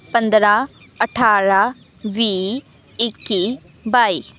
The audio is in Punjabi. ਪੰਦਰਾਂ ਅਠਾਰਾਂ ਵੀਹ ਇੱਕੀ ਬਾਈ